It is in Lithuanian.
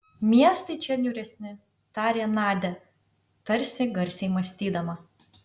miestai čia niūresni tarė nadia tarsi garsiai mąstydama